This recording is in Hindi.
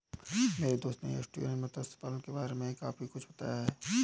मेरे दोस्त ने एस्टुअरीन मत्स्य पालन के बारे में काफी कुछ बताया